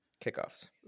kickoffs